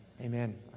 Amen